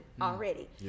already